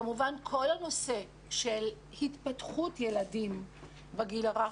כמובן כל הנושא של התפתחות ילדים בגיל הרך,